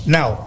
now